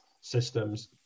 systems